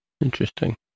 Interesting